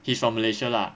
he's from malaysia lah